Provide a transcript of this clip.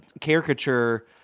caricature